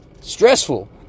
Stressful